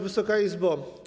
Wysoka Izbo!